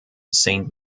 saint